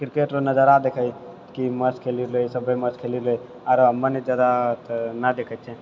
cricket रे नजारा देखैयै कि मस्त खेलि रहले ओ मस्त खेलि रहले आरू हमे नि जादा तऽ नहि देखै छी